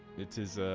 it is